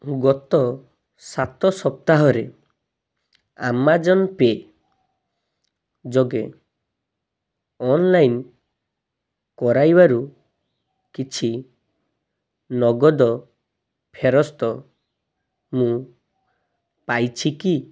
ଗତ ସାତ ସପ୍ତାହରେ ଆମାଜନ୍ ପେ ଯୋଗେ ଅନ୍ଲାଇନ୍ କରାଇବାରରୁ କିଛି ନଗଦ ଫେରସ୍ତ ମୁଁ ପାଇଛି କି